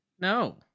No